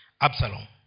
Absalom